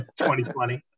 2020